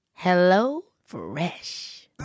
HelloFresh